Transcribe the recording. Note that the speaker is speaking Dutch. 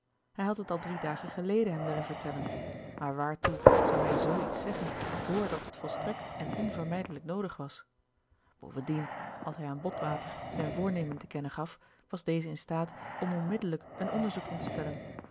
hij had het al drie dagen geleden hem willen vertellen maar waartoe zou hij zoo iets zeggen vr dat het volstrekt en onvermijdelijk noodig was bovendien als hij aan botwater zijn voornemen te kennen gaf was deze in staat om onmiddelijk een onderzoek in te stellen